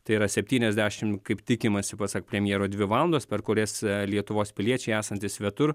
tai yra septyniasdešim kaip tikimasi pasak premjero dvi valandos per kurias lietuvos piliečiai esantys svetur